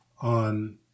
on